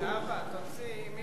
כן,